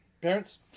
Parents